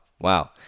wow